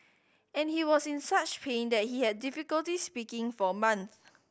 and he was in such pain that he had difficulty speaking for a month